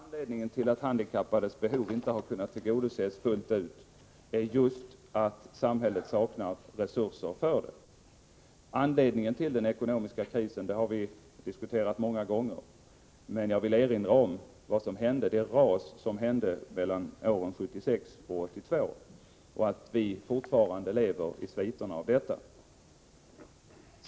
Herr talman! Den främsta anledningen till att handikappades behov inte har kunnat tillgodoses fullt ut är just att samhället saknar resurser. Anledningen till den ekonomiska krisen har vi diskuterat många gånger, men jag vill erinra om det ras som inträffade mellan åren 1976 och 1982 och att vi fortfarande lever under sviterna av detta.